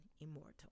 immortal